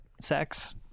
sex